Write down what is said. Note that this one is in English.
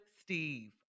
Steve